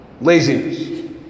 laziness